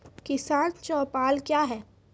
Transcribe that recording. किसान चौपाल क्या हैं?